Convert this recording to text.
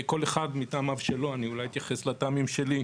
כל אחד מטעמיו שלו ואני אולי אתייחס לטעמים שלי,